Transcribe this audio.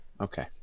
okay